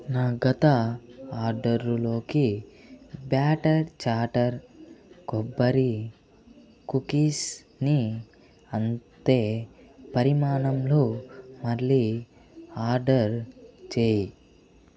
నా గత ఆర్డరులోకీ బ్యాటర్ చాటర్ కొబ్బరి కుకీస్ని అంతే పరిమాణంలో మళ్ళీ ఆర్డర్ చేయి